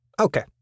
Okay